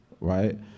right